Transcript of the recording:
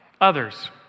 others